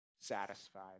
satisfied